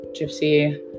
Gypsy